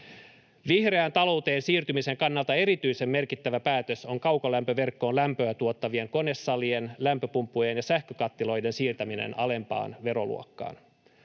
Vihreään talouteen siirtymisen kannalta erityisen merkittävä päätös on kaukolämpöverkkoon lämpöä tuottavien konesalien, lämpöpumppujen ja sähkökattiloiden siirtäminen alempaan veroluokkaan.